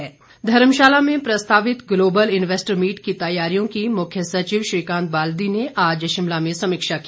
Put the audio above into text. निर्देश धर्मशाला में प्रस्तावित ग्लोबल इन्वेस्टर मीट की तैयारियों की मुख्य सचिव श्रीकांत बाल्दी ने आज शिमला में समीक्षा की